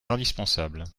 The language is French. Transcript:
indispensable